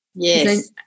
Yes